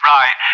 Right